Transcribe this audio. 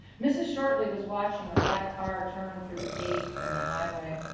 mrs. shortley was watching a black car turn through the gate from the highway.